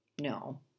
No